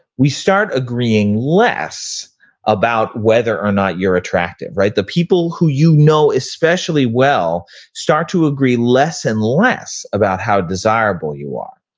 we start agreeing less about whether or not you're attractive, right? the people who you know especially well start to agree less and less about how desirable you are